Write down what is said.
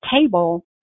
table